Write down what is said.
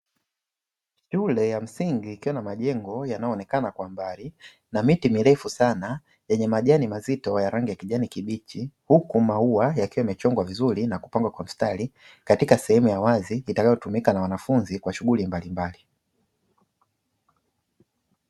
Shule ya msingi ikiwa na majengo yanayooneka kwa mbali na miti mirefu sana yenye majani mazito ya rangi ya kijani kibichi, huku mauwa yakiwa yamechongwa vizuri na kupangwa kwa mistari katika sehemu ya wazi itakayotumika na wanafunzi kwa shughuli mbalimbali.